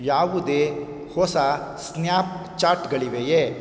ಯಾವುದೇ ಹೊಸ ಸ್ನ್ಯಾಪ್ ಚಾಟ್ಗಳಿವೆಯೇ